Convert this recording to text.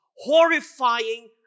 horrifying